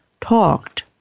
talked